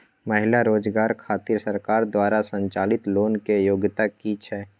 महिला रोजगार खातिर सरकार द्वारा संचालित लोन के योग्यता कि छै?